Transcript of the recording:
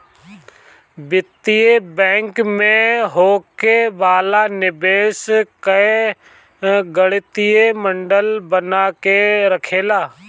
वित्तीय बैंक में होखे वाला निवेश कअ गणितीय मॉडल बना के रखेला